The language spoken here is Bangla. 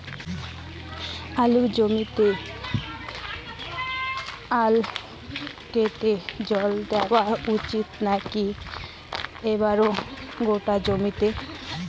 আলুর জমিতে আল কেটে জল দেওয়া উচিৎ নাকি একেবারে গোটা জমিতে?